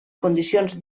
condicions